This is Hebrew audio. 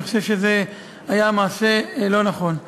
אני חושב שזה היה מעשה לא נכון.